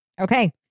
Okay